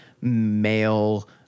male